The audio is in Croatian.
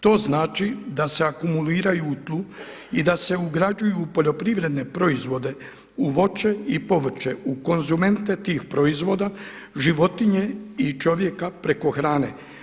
To znači da se akumuliraju u tlu i da se ugrađuju u poljoprivredne proizvode, u voće i povrće, u konzumente tih proizvoda, životinje i čovjeka preko hrane.